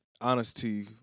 honesty